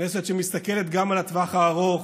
כנסת שמסתכלת גם על הטווח הארוך,